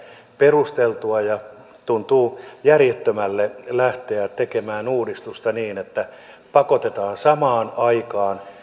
perusteltua ja tuntuu järjettömälle lähteä tekemään uudistusta niin että pakotetaan samaan aikaan